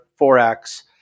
Forex